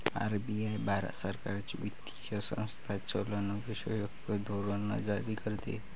RBI Bharat सरकारची वित्तीय संस्था चलनविषयक धोरण जारी करते